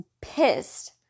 pissed